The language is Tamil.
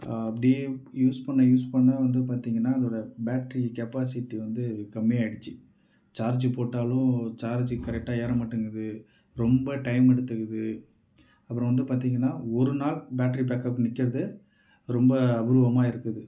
அப்படியே யூஸ் பண்ண யூஸ் பண்ண வந்து பார்த்திங்கன்னா அதோடய பேட்ட்ரி கெப்பாசிட்டி வந்து கம்மியாயிடுச்சு சார்ஜ்ஜு போட்டாலும் சார்ஜ்ஜு கரெக்டாக ஏறமாட்டேங்குது ரொம்ப டைம் எடுத்துக்குது அப்புறம் வந்து பார்த்திங்கன்னா ஒரு நாள் பேட்டரி பேக்கப் நிற்கறது ரொம்ப அபூர்வமாக இருக்குது